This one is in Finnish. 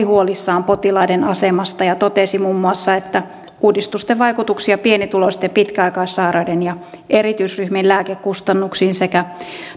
huolissaan potilaiden asemasta ja totesi muun muassa että uudistusten vaikutuksia pienituloisten pitkäaikaissairaiden ja erityisryhmien lääkekustannuksiin sekä